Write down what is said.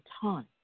time